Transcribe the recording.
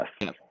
yes